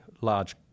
large